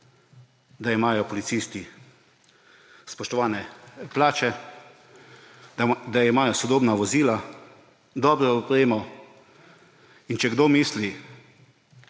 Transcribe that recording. da imajo policisti spoštovane plače, da imajo sodobna vozila, dobro opremo. In če kdo misli,